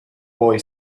boy